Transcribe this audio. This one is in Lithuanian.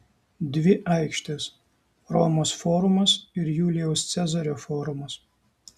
dvi aikštės romos forumas ir julijaus cezario forumas